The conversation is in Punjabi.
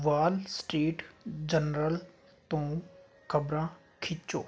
ਵਾਲ ਸਟ੍ਰੀਟ ਜਰਨਲ ਤੋਂ ਖ਼ਬਰਾਂ ਖਿੱਚੋ